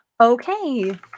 Okay